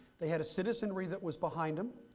they had a citizenry that was behind them.